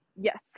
Yes